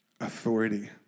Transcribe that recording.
authority